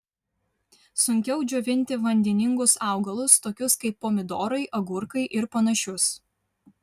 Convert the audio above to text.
sunkiau džiovinti vandeningus augalus tokius kaip pomidorai agurkai ir panašius